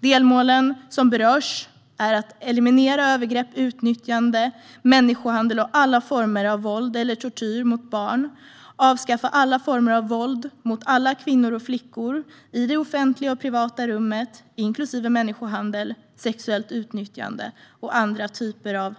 Delmålen som berörs är att eliminera övergrepp, utnyttjande, människohandel och alla former av våld eller tortyr mot barn och att avskaffa alla former av våld mot alla kvinnor och flickor i det offentliga och privata rummet, inklusive människohandel, sexuellt utnyttjande och andra typer av